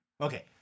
okay